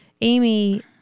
Amy